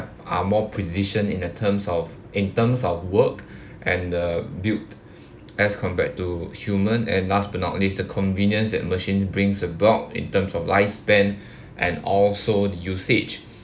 are more precision in the terms of in terms of work and the built as compared to human and last but not least the convenience that machine brings about in terms of lifespan and also the usage